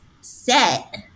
set